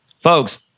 Folks